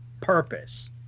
purpose